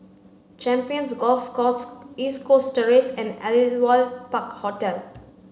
Champions Golf Course East Coast Terrace and Aliwal Park Hotel